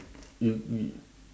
you y~